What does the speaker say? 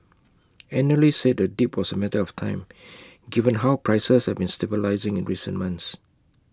analysts said the dip was A matter of time given how prices have been stabilising in recent months